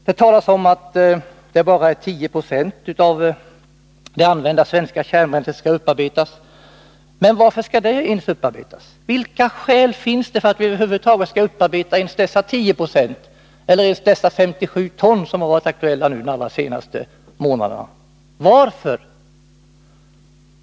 Det talas om att det bara är 10 90 av det använda svenska kärnbränslet som skall upparbetas. Men vilka skäl finns det för att vi över huvud taget skall upparbeta dessa 10 96 eller ens de 57 ton som har varit aktuella under de senaste månaderna?